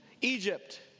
Egypt